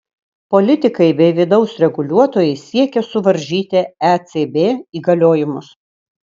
politikai bei vidaus reguliuotojai siekia suvaržyti ecb įgaliojimus